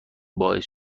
باعث